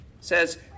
says